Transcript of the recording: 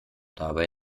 dabei